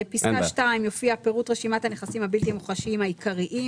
בפסקה (2) יופיע "פירוט רשימת הנכסים הבלתי מוחשיים העיקריים",